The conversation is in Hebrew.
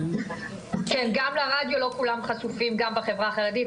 גם לרדיו לא כולם חשופים גם בחברה החרדית.